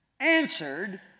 answered